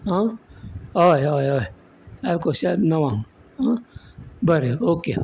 आं हय हय हय सारको शार्प णवांक आं बरें ओके ओके